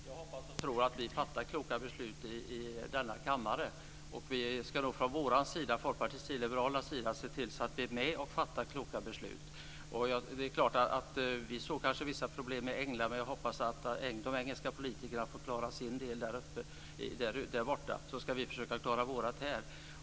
Fru talman! Jag hoppas och tror att vi fattar kloka beslut i denna kammare. Vi ska från vår sida, från Folkpartiet liberalernas sida, se till att vi är med och fattar kloka beslut. Vi såg kanske vissa problem i England, men jag hoppas att de engelska politikerna klarar sin del där borta, så ska vi försöka klara vår här.